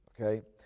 okay